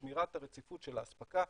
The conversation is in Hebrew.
שמירת הרציפות של האספקה,